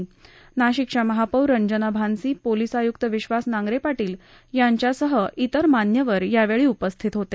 यावेळी नाशिकच्या महापौर रंजना भानसी पोलीस आय्क्त विश्वास नांगरे पाटील यांच्या सह आदी मान्यवर उपस्थित होते